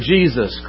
Jesus